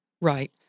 Right